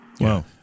Wow